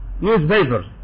newspapers